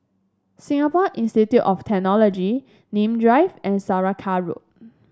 Singapore Institute of Technology Nim Drive and Saraca Road